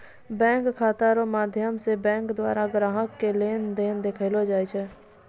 bank खाता रो माध्यम से बैंक द्वारा ग्राहक के लेन देन देखैलो जाय छै